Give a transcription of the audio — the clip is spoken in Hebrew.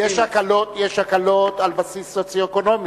יש הקלות על בסיס סוציו-אקונומי,